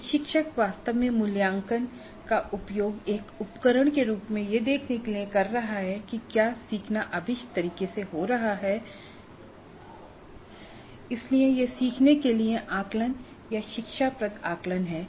प्रशिक्षक वास्तव में मूल्यांकन का उपयोग एक उपकरण के रूप में यह देखने के लिए कर रहा है कि क्या सीखना अभीष्ट तरीके से हो रहा है इसलिए यह सीखने के लिए आकलन या शिक्षाप्रद आकलन है